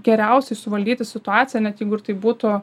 geriausiai suvaldyti situaciją net jeigu ir tai būtų